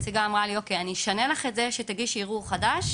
ואז הנציגה אמרה לי שהיא תשנה את זה כדי שאגיש ערעור חדש,